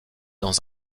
dans